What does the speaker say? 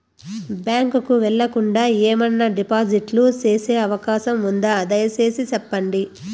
Bank కు వెళ్లకుండా, ఏమన్నా డిపాజిట్లు సేసే అవకాశం ఉందా, దయసేసి సెప్పండి?